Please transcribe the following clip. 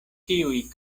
tiuj